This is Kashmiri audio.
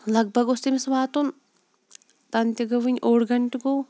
لَگ بَگ اوس تٔمِس واتُن تَنہٕ تہِ گوٚو وٕنہِ اوٚڈ گَنٹہٕ گوٚو